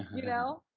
you know?